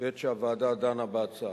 בעת שהוועדה דנה בהצעה.